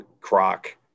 croc